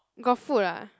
got food ah